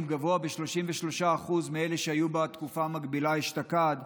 גבוה ב-33% מאלה שהיו בתקופה המקבילה אשתקד,